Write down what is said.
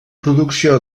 producció